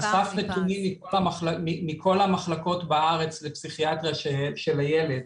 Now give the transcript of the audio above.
אסף נתונים מכל המחלקות בארץ לפסיכיאטריה של הילד.